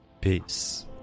Peace